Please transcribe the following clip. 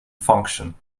function